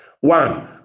One